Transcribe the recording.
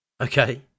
Okay